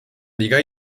liga